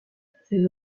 ces